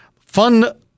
fun